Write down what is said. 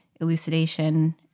elucidation